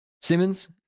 Simmons